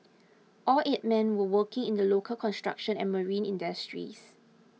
all eight men were working in the local construction and marine industries